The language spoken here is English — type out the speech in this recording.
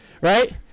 right